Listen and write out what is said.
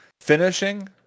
finishing